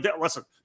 listen